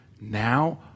now